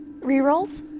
Rerolls